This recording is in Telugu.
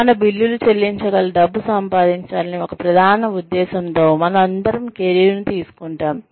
మన బిల్లులు చెల్లించగల డబ్బు సంపాదించాలనే ఒక ప్రధాన ఉద్దేశ్యంతో మనమందరం కెరీర్ను తీసుకుంటాము